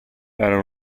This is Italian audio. era